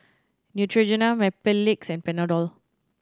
Neutrogena Mepilex and Panadol